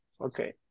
Okay